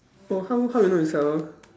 oh how how you know is twelve